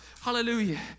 hallelujah